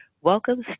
Welcome